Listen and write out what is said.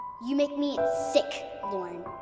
you make me sick, lauren.